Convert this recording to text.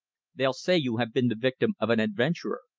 they'll say you have been the victim of an adventurer,